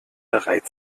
bereit